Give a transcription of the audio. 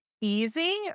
easy